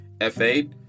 F8